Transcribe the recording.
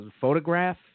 photograph